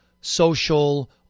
social